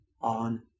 on